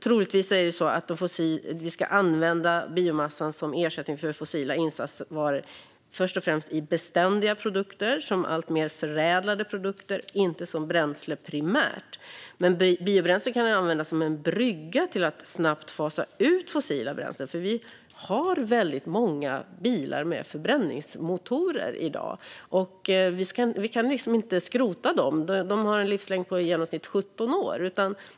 Troligtvis ska vi använda biomassan som ersättning för fossila insatsvaror först och främst i beständiga produkter som alltmer förädlade produkter och inte som bränsle primärt. Biobränslen kan användas som en brygga till att snabbt fasa ut fossila bränslen. Vi har väldigt många bilar med förbränningsmotorer i dag. Vi kan inte skrota dem. De har en livslängd på i genomsnitt 17 år.